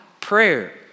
prayer